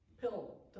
pill